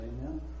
amen